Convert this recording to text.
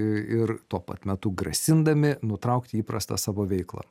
ir tuo pat metu grasindami nutraukti įprastą savo veiklą